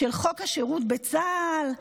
חוק השירות בצה"ל,